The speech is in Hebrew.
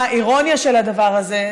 האירוניה של הדבר הזה,